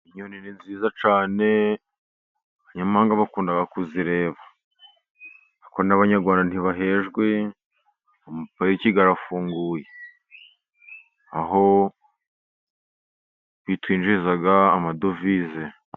Inyoni ni nziza cyane, abanyamahanga bakunda kuzireba, ariko n'abanyarwanda ntibahejwe, amapariki arafunguye aho zitwinjiriza amadovize.